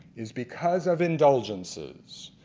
is because of indulgences.